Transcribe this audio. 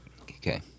Okay